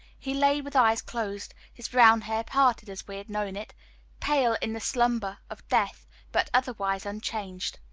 he lay with eyes closed his brown hair parted as we had known it pale in the slumber of death but otherwise unchanged,